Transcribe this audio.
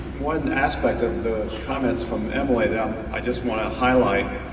one aspect of the comments from emily that i just want to highlight,